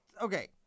Okay